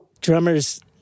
drummers